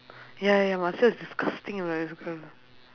ya ya muscle is disgusting right as a girl